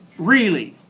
really.